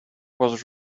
was